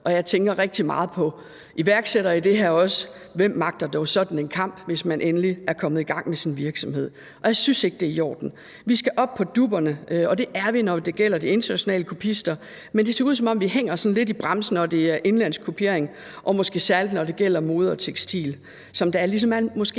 Også her tænker jeg rigtig meget på iværksættere, for hvem magter dog sådan en kamp, hvis man endelig er kommet i gang med sin virksomhed. Jeg synes ikke, det er i orden. Vi skal op på dupperne, og det er vi, når det gælder de internationale kopister, men det ser ud, som om vi hænger sådan lidt i bremsen, når det er indenlandsk kopiering, og måske særligt, når det gælder mode og tekstil, som der måske